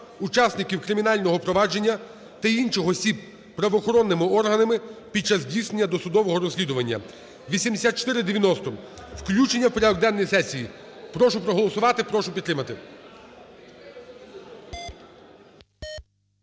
учасників кримінального провадження та інших осіб правоохоронними органами під час здійснення досудового розслідування (8490). Включення в порядок денний сесії. Прошу проголосувати. Прошу підтримати.